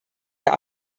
der